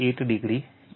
8o છે